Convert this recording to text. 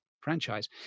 franchise